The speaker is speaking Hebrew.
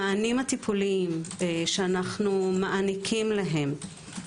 המענים הטיפוליים שאנו מעניקים להם,